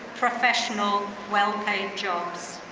professional, well paying jobs.